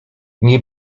nie